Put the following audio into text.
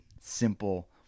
simple